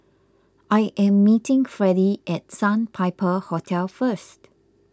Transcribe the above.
I am meeting Fredy at Sandpiper Hotel first